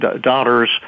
daughters